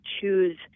choose